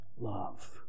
love